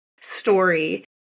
story